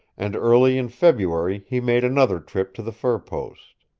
and early in february he made another trip to the fur post.